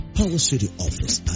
powercityoffice